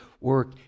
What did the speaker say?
work